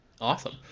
Awesome